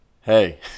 Hey